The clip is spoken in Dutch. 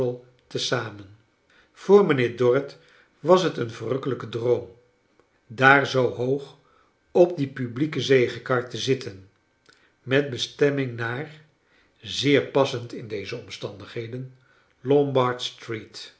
te zamen voor mijnheer dorrit was het een verrukkelijke droom daar zoo hoog op die publieke zegekar te zitten met bestemming naar zeer pas send in deze omstandigheden